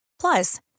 Plus